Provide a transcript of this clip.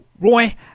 roy